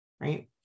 Right